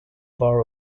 bar